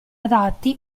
adatti